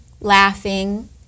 laughing